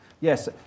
Yes